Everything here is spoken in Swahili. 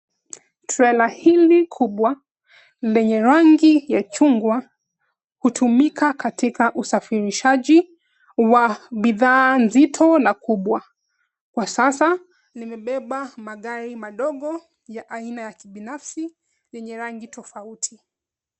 Trela hili kubwa lenye rangi ya chungwa hutumika katika usafirishaji wa bidhaa zito na kubwa. Kwa sasa limebeba magari madogo aina ya kibinafsi yenye rangi tofauti.